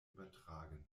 übertragen